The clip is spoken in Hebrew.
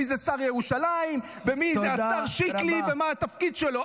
מי זה שר ירושלים ומי זה השר שיקלי ומה התפקיד שלו.